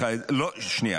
ינון,